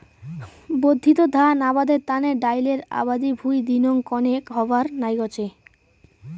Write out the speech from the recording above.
বর্ধিত ধান আবাদের তানে ডাইলের আবাদি ভুঁই দিনং কণেক হবার নাইগচে